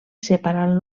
separant